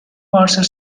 parser